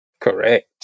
Correct